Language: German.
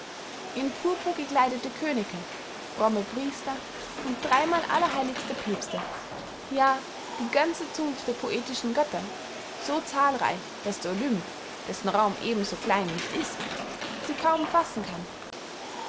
in purpur gekleidete könige fromme priester und dreymal allerheiligste päbste ja die ganze zunft der poetischen götter so zahlreich daß der olymp dessen raum eben so klein nicht ist sie kaum fassen kann